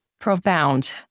profound